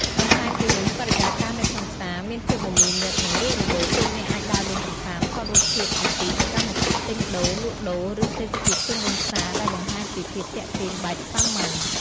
បន្ថែមពីនេះបរិយាកាសនៅក្នុងផ្សារមានភាពមមាញឹក និងរស់រវើក លោកអ្នកអាចដើរលេងកម្សាន្តថតរូបភាពអំពីសកម្មភាពទិញដូរ លក់ដូរ ឬទេសភាពជុំវិញផ្សារ ដែលបង្ហាញពីភាពទាក់ទាញបែបសាមញ្ញ។